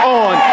on